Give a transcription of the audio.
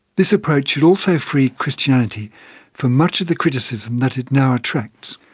this approach should also free christianity from much of the criticism that it now attracts.